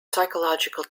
psychological